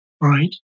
right